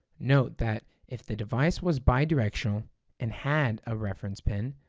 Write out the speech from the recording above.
note that if the device was bidirectional and had a reference pin,